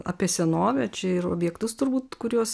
apie senovę čia ir objektus turbūt kuriuos